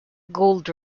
gold